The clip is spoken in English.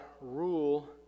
rule